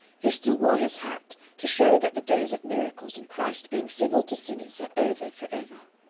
he still wore his hat, to show that the days of miracles and christ being civil to sinners are over forever.